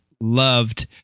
loved